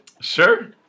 Sure